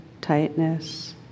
tightness